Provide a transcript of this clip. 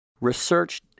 research